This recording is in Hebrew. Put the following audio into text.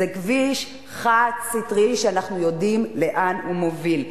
זה כביש חד-סטרי, שאנחנו יודעים לאן הוא מוביל.